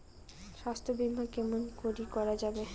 স্বাস্থ্য বিমা কেমন করি করা যাবে?